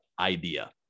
idea